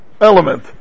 element